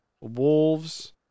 Wolves